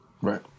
Right